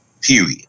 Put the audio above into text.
Period